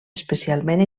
especialment